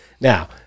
Now